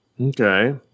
Okay